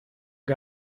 que